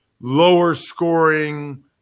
lower-scoring